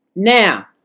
now